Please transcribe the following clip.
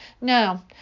No